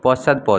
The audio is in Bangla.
পশ্চাৎপদ